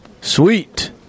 Sweet